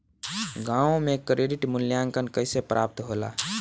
गांवों में क्रेडिट मूल्यांकन कैसे प्राप्त होला?